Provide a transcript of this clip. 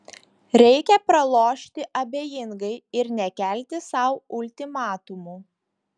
reikia pralošti abejingai ir nekelti sau ultimatumų